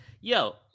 yo